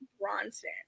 bronson